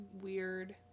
weird